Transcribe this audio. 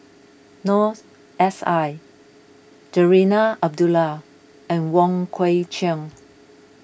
Noor S I Zarinah Abdullah and Wong Kwei Cheong